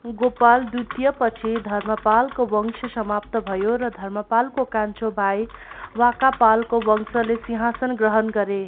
गोपाल द्वितीयपछि धर्मपालको वंश समाप्त भयो र धर्मपालको कान्छो भाइ वाकापालको वंशले सिंहासन ग्रहण गरे